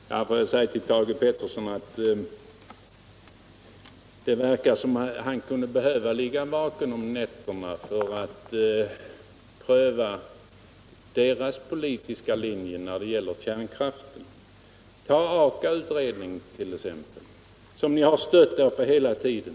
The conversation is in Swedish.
Herr talman! Jag vill säga till Thage Peterson att det verkar som om han kunde behöva ligga vaken om nätterna för att pröva socialdemokraternas politiska linje när det gäller kärnkraften. Ta Aka-utredningen t.ex. som ni har stött er på hela tiden.